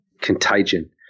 contagion